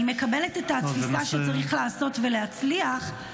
אני מקבלת את התפיסה שצריך לעשות ולהצליח,